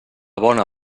bona